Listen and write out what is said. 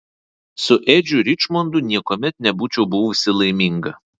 su edžiu ričmondu niekuomet nebūčiau buvusi laiminga